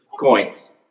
coins